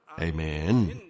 Amen